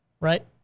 right